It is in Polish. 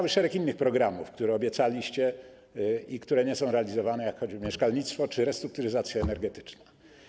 Jest szereg innych programów, które obiecaliście i które nie są realizowane, jak choćby mieszkalnictwo czy restrukturyzacja energetyczna.